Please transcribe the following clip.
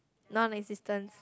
non existent